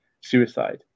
suicide